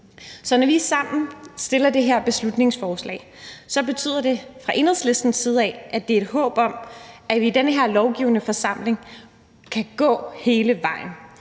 Så når vi sammen fremsætter det her beslutningsforslag, betyder det fra Enhedslistens side, at det er et håb om, at vi i den her lovgivende forsamling kan gå hele vejen.